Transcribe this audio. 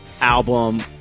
album